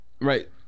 Right